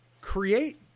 create